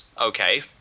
okay